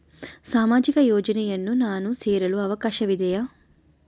ಸಾಮಾಜಿಕ ಯೋಜನೆಯನ್ನು ನಾನು ಸೇರಲು ಅವಕಾಶವಿದೆಯಾ?